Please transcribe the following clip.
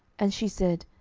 and she said,